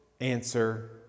answer